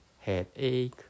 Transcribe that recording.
headache